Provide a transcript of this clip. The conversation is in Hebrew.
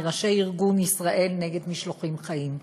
מראשי ארגון "ישראל נגד משלוחים חיים":